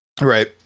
Right